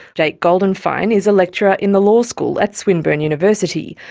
jake goldenfein is a lecturer in the law school at swinburne university,